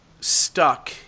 stuck